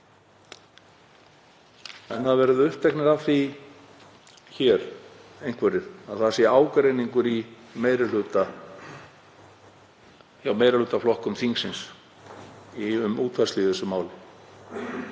hafa verið uppteknir af því hér, einhverjir, að það sé ágreiningur hjá meirihlutaflokkum þingsins um útfærslu í þessu máli.